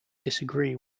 disagree